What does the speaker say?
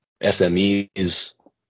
SMEs